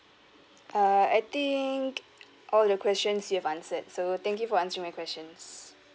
uh I think all the questions you have answered so thank you for answering my questions